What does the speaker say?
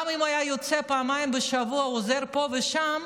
גם אם הוא היה יוצא פעמיים בשבוע ועוזר פה ושם,